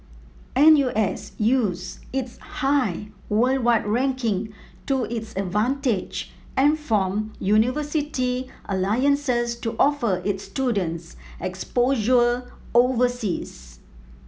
N U S used its high worldwide ranking to its advantage and formed university alliances to offer its students exposure overseas